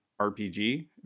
RPG